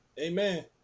Amen